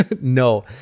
No